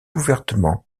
ouvertement